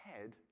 head